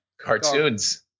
Cartoons